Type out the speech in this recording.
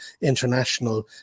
international